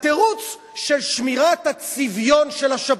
בתירוץ של שמירת הצביון של השבת.